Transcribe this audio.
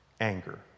Anger